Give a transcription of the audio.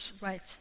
Right